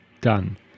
Done